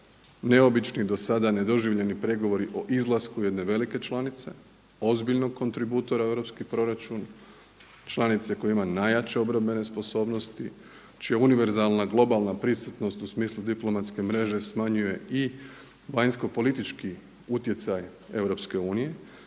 neobični, do sada nedoživljeni pregovori o izlasku jedne velike članice, ozbiljnog kontributora u europski proračun, članice koja ima najjače obrambene sposobnosti, čija univerzalna globalna prisutnost u smislu diplomatske mreže smanjuje i vanjsko-politički utjecaj EU i